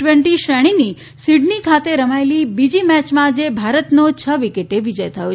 twenty શ્રેણીની Sydney ખાતે રમાયેલી બીજી મેયમાં આજે ભારતનો છ વિકેટે વિજય થયો છે